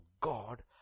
God